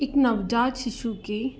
एक नवजात शिशु के